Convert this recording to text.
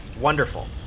Wonderful